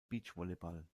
beachvolleyball